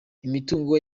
imitungo